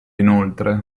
inoltre